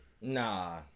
Nah